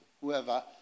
whoever